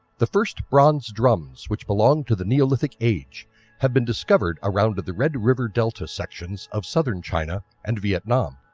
the first bronze drums which belong to the neolothic age have been discovered around the red river delta sections of southern china and vietnam.